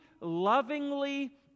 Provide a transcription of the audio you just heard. lovingly